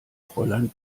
fräulein